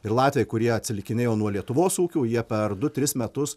ir latviai kurie atsilikinėjo nuo lietuvos ūkių jie per du tris metus